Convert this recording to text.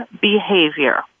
behavior